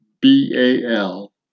B-A-L